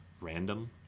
random